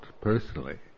personally